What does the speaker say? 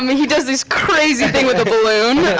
i mean he does this crazy thing with a balloon.